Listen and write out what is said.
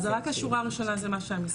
אז רק השורה הראשונה זה מה שהמשרד,